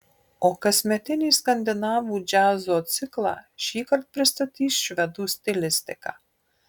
o kasmetinį skandinavų džiazo ciklą šįkart pristatys švedų stilistika